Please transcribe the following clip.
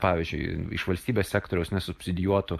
pavyzdžiui iš valstybės sektoriaus nesubsidijuotų